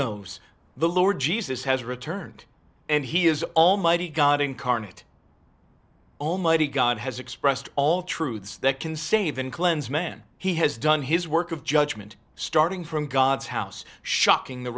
knows the lord jesus has returned and he is almighty god incarnate almighty god has expressed all truths that can save in cleanse man he has done his work of judgement starting from god's house shocking the